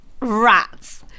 rats